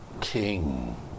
king